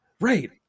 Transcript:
Right